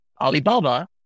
Alibaba